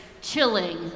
chilling